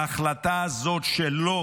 ההחלטה הזאת שלו